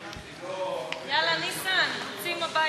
ה-10,000.